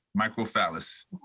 Microphallus